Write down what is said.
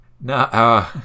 No